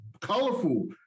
colorful